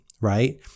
right